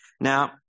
Now